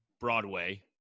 Broadway